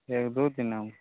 एक दू दिना